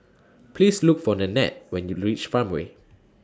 Please Look For Nannette when YOU REACH Farmway